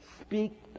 speak